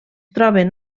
troben